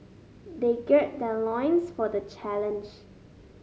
they gird their loins for the challenge